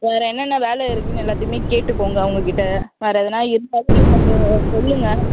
வேறு என்னென்ன வேலை இருக்குதுன்னு எல்லாத்தையும் கேட்டுக்கங்க அவங்கக்கிட்ட வேறு எதுனா இருந்தாலும் எனக்கு சொல்லுங்கள்